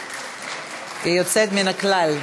(מחיאות כפיים) היא יוצאת מן הכלל.